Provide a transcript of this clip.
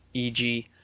e g,